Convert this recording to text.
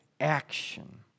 action